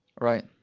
Right